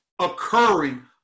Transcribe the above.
occurring